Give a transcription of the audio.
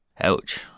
Ouch